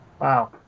Wow